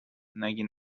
نگی